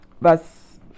Verse